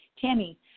Tammy